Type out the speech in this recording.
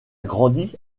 grandi